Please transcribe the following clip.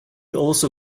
also